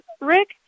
Rick